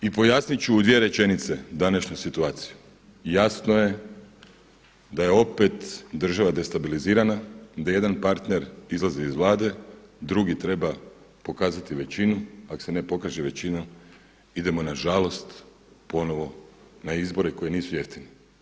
I pojasnit ću u dvije rečenice današnju situaciju, jasno je da je opet država destabilizirana, da jedan partner izlazi iz Vlade, drugi treba pokazati većinu, ako se ne polaže većina, idemo nažalost ponovo na izbore koji nisu jeftini.